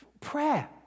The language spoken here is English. Prayer